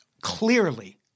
Clearly